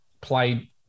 played